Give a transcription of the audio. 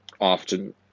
often